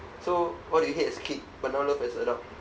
so what do you hate as a kid but now love as a adult